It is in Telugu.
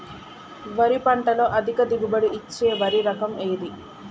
వరి పంట లో అధిక దిగుబడి ఇచ్చే వరి రకం ఏది?